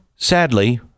Sadly